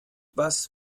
was